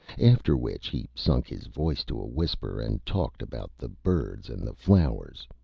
after which he sunk his voice to a whisper and talked about the birds and the flowers.